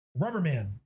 Rubberman